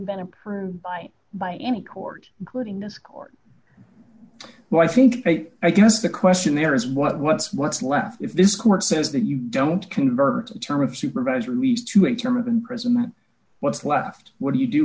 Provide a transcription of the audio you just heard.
been approved by by any court including this court well i think they i guess the question there is what what's what's left if this court says that you don't convert a term of supervised release to a term of imprisonment what's left what do you do